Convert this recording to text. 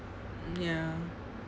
ya